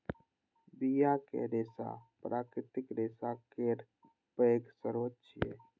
बियाक रेशा प्राकृतिक रेशा केर पैघ स्रोत छियै